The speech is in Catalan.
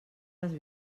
les